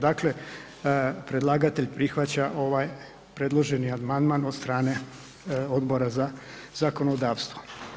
Dakle, predlagatelj prihvaća ovaj predloženi amandman od strane Odbora za zakonodavstvo.